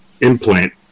implant